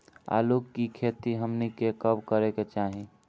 आलू की खेती हमनी के कब करें के चाही?